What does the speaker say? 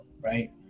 right